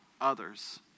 others